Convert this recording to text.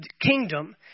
kingdom